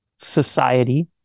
society